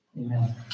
Amen